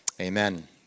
Amen